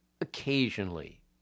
occasionally